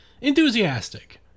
enthusiastic